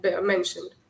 mentioned